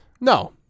No